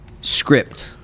script